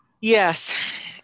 Yes